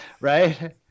Right